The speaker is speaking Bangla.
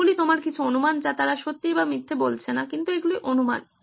এগুলি তোমার কিছু অনুমান যা তারা সত্যি বা মিথ্যা বলছে না কিন্তু এগুলি অনুমান